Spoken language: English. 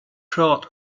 trot